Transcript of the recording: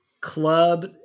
club